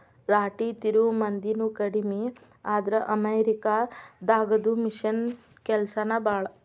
ರಾಟಿ ತಿರುವು ಮಂದಿನು ಕಡಮಿ ಆದ್ರ ಅಮೇರಿಕಾ ದಾಗದು ಮಿಷನ್ ಕೆಲಸಾನ ಭಾಳ